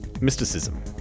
mysticism